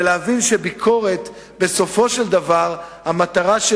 ולהבין שבסופו של דבר המטרה של